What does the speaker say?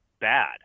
bad